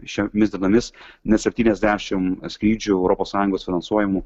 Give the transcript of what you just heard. šiomis dienomis net septyniasdešimt skrydžių europos sąjungos finansuojamų